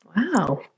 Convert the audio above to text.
Wow